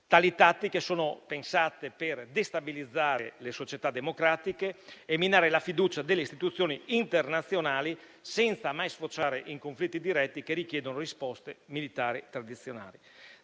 Tali tattiche sono pensate per destabilizzare le società democratiche e minare la fiducia delle istituzioni internazionali, senza mai sfociare in conflitti diretti che richiedono risposte militari tradizionali.